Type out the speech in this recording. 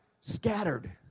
scattered